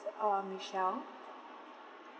uh michelle